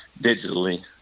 digitally